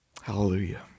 Hallelujah